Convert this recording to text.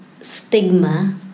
stigma